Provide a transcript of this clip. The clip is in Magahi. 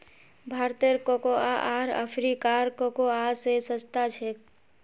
भारतेर कोकोआ आर अफ्रीकार कोकोआ स सस्ता छेक